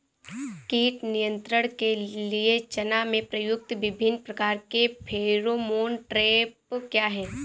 कीट नियंत्रण के लिए चना में प्रयुक्त विभिन्न प्रकार के फेरोमोन ट्रैप क्या है?